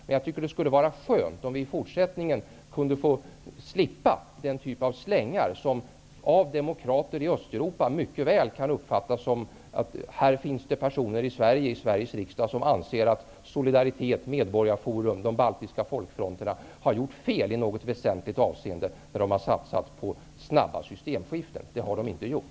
Men det skulle vara skönt om vi i fortsättningen kunde slippa den typ av slängar som av demokrater i Östeuropa mycket väl kan uppfattas som att det i Sveriges riksdag finns personer som anser att solidaritet, medborgarforum och de baltiska folkfronterna har gjort fel i något väsentligt avseende, när de har satsat på snabba systemskiften. Det har de inte gjort.